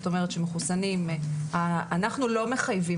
תמי,